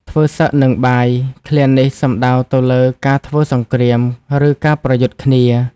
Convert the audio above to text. ធ្វើសឹកនឹងបាយ ឃ្លានេះសំដៅទៅលើការធ្វើសង្គ្រាម ឬការប្រយុទ្ធគ្នា។